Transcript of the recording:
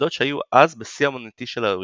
עבודות שהיו אז בשיא האמנותי של האוריגמי.